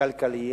כלכליים